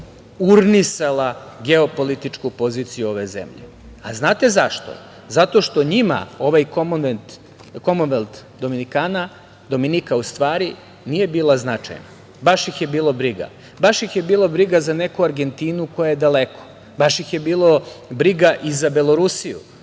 urnisali geopolitičku poziciju ove zemlje.A znate zašto? Zato što njima ovaj Komonvelt Dominika nije bio značajan. Baš ih je bilo briga. Baš ih je bilo briga za neku Argentinu koja je daleko. Baš ih je bilo briga i za Belorusiju,